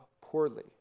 poorly